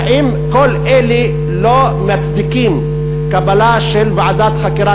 האם כל אלה לא מצדיקים קבלה של ועדת חקירה